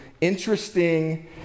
interesting